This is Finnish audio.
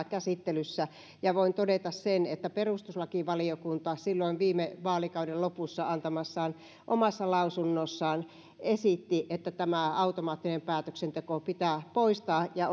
käsittelyssä ja voin todeta sen että perustuslakivaliokunta silloin viime vaalikauden lopussa antamassaan omassa lausunnossa esitti että tämä automaattinen päätöksenteko pitää poistaa ja